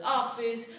office